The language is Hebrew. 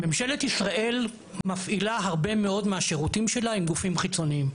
ממשלת ישראל מפעילה הרבה מאוד מהשירותים שלה עם גופים חיצוניים,